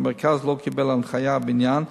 המרכז לא קיבל הנחיה בעניין,